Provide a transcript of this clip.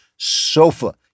Sofa